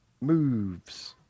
Moves